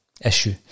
issue